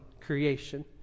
creation